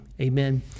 amen